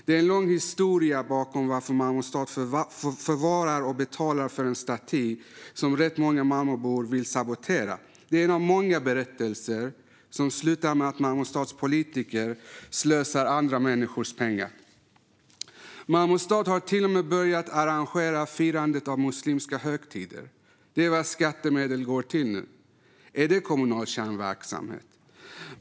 Det är en lång historia bakom varför Malmö stad förvarar och betalar för en staty som rätt många Malmöbor vill sabotera. Det är en av många berättelser som slutar med att Malmö stads politiker slösar med andra människors pengar. Malmö stad har till och med börjat arrangera firandet av muslimska högtider. Det är vad skattemedel går till nu. Är det kommunal kärnverksamhet?